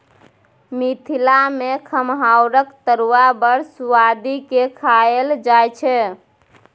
मिथिला मे खमहाउरक तरुआ बड़ सुआदि केँ खाएल जाइ छै